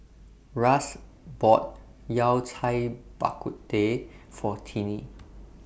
Russ bought Yao Cai Bak Kut Teh For Tiney